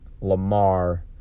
Lamar